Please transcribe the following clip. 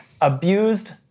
abused